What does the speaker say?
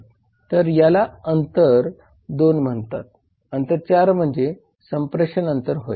तर याला अंतर 2 म्हणतात अंतर 4 म्हणजे संप्रेषण अंतर होय